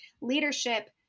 leadership